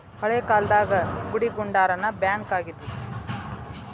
ಹಳೇ ಕಾಲ್ದಾಗ ಗುಡಿಗುಂಡಾರಾನ ಬ್ಯಾಂಕ್ ಆಗಿದ್ವು